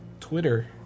Twitter